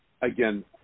again